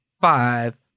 Five